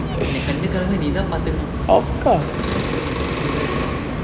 என்ன கண்ணு கலங்காம நீதான் பாத்துக்கணும்:enna kannu kalanggaame neethaan paathukanum